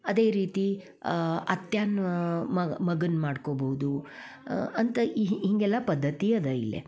ಅದೇ ರೀತಿ ಅತ್ತ್ಯಾನ ಮಗ ಮಗನ್ನ ಮಾಡ್ಕೊಬೋದು ಅಂತ ಇ ಹೀಗೆಲ್ಲ ಪದ್ದತಿ ಅದ ಇಲ್ಲಿ